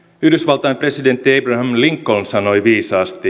yhdysvaltain presidentti abraham lincoln sanoi viisaasti